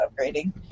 upgrading